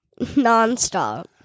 nonstop